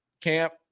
camp